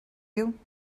you